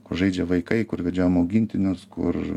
kur žaidžia vaikai kur vedžiojam augintinius kur